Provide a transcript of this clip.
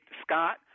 Scott